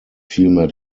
vielmehr